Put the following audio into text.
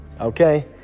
okay